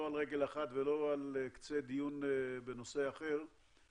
על רגל אחת ולא על קצה דיון בנושא אחר.